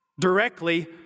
directly